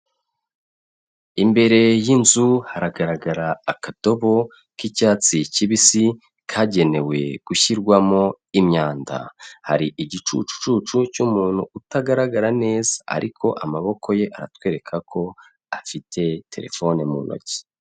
Imbere y'inzu haragaragara akadobo k'icyatsi kibisi, kagenewe gushyirwamo imyanda, hari igicucucucu cy'umuntu utagaragara neza ariko amaboko ye aratwereka ko afite telefone mu ntoki.